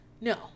no